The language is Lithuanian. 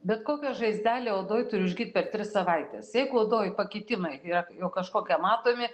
bet kokia žaizdelė odoj turi užgyt per tris savaites jeigu odoj pakitimai yra jau kažkokie matomi